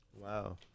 Wow